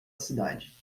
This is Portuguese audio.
cidade